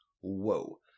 Whoa